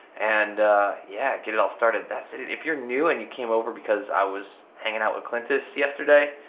and yeah get it all started. that stated, if your new and you came over because i was hanging out with clintus yesterday,